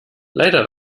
leider